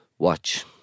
Watch